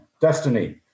destiny